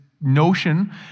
notion